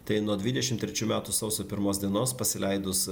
tai nuo dvidešimt trečių metų sausio pirmos dienos pasileidus